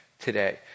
today